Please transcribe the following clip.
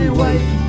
wife